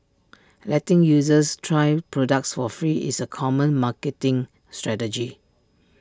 letting users try products for free is A common marketing strategy